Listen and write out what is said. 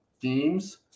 themes